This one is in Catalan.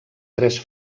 tres